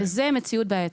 וזה מציאות בעייתית.